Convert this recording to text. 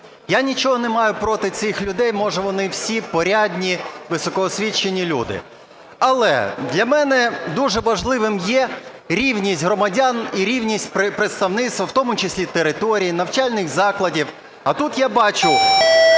я нічого не маю проти цих людей. Може, вони всі порядні, високоосвічені люди. Але для мене дуже важливим є рівність громадян і рівність представництва, в тому числі і територій, навчальних закладів. А тут я бачу